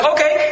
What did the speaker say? Okay